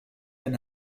and